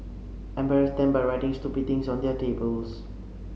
embarrass them by writing stupid things on their tables